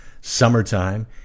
Summertime